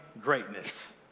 greatness